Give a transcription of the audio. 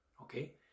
okay